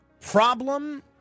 problem